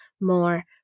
more